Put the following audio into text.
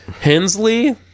Hensley